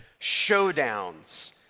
showdowns